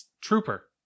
trooper